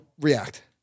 React